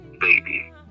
Baby